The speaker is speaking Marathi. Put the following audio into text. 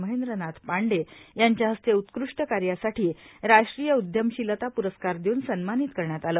महेंद्रनाथ पांडे यांच्या हस्ते उत्कृष्ट कार्यासाठी राष्ट्रीय उद्यमशीलता पुरस्कार देऊन सव्मानित करण्यात आलं